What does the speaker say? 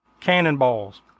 cannonballs